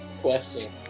question